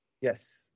Yes